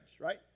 right